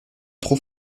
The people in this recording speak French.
trop